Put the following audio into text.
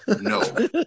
No